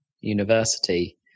university